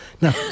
Now